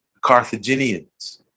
Carthaginians